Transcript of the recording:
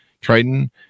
Triton